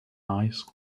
eyes